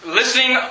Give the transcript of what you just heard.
listening